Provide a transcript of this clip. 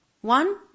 One